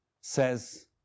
says